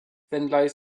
wenngleich